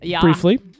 briefly